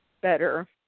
better